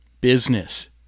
business